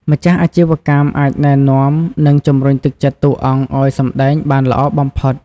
ម្ចាស់អាជីវកម្មអាចណែនាំ និងជំរុញទឹកចិត្តតួអង្គឲ្យសម្ដែងបានល្អបំផុត។